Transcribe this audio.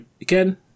again